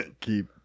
Keep